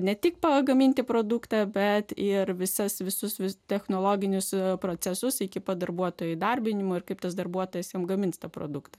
ne tik pagaminti produktą bet ir visas visus technologinius procesus iki pat darbuotojų įdarbinimo ir kaip tas darbuotojas jam gamins tą produktą